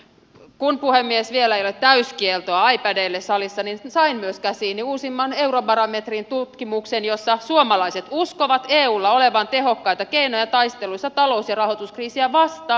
kun puhemies vielä ei ole täyskieltoa ipadeille salissa niin sain myös käsiini uusimman eurobarometritutkimuksen jossa suomalaiset uskovat eulla olevan tehokkaita keinoja taistelussa talous ja rahoituskriisiä vastaan